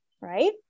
Right